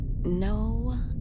No